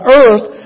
earth